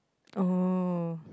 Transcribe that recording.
oh